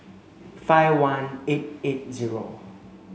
five one eight eight zero